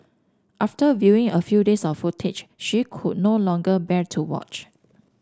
after viewing a few days of footage she could no longer bear to watch